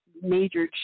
major